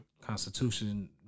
Constitution